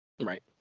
Right